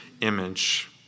image